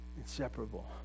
Inseparable